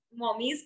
mommies